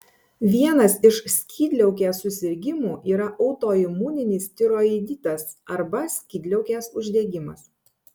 vienas iš skydliaukės susirgimų yra autoimuninis tiroiditas arba skydliaukės uždegimas